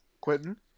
Quentin